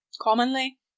commonly